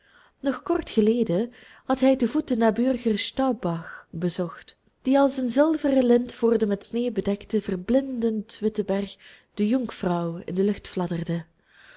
nog kort geleden had hij te voet den naburigen staubbach bezocht die als een zilveren lint voor den met sneeuw bedekten verblindend witten berg de jungfrau in de lucht fladderde